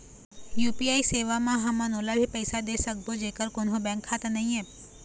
UPI सेवा म हमन ओला भी पैसा दे सकबो जेकर कोन्हो बैंक खाता नई ऐप?